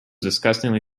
disgustingly